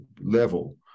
level